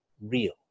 real